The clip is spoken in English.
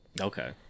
okay